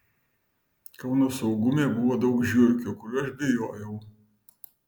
kauno saugume buvo daug žiurkių kurių aš bijojau